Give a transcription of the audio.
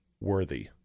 worthy